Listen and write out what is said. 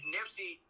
Nipsey